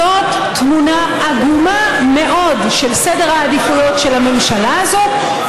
זאת תמונה עגומה מאד של סדר העדיפויות של הממשלה הזאת,